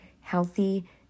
healthy